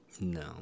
No